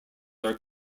are